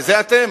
כי זה אתם.